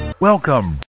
Welcome